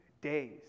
days